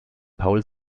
paul